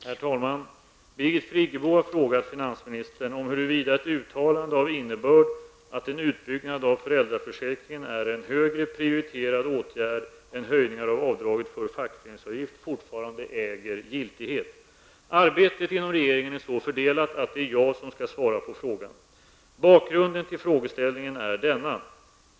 Herr talman! Birgit Friggebo har frågat finansministern om huruvida ett uttalande av innebörd att en utbyggnad av föräldraförsäkringen är en högre prioriterad åtgärd än höjningar av avdraget för fackföreningsavgift fortfarande äger giltighet. Arbetet inom regeringen är så fördelat att det är jag som skall svara på frågan. Bakgrunden till frågeställningen är denna.